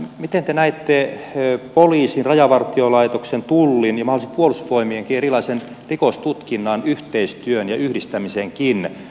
miten te näette poliisin rajavartiolaitoksen tullin ja mahdollisesti puolustusvoimienkin erilaisen rikostutkinnan yhteistyön ja yhdistämisenkin